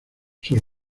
sor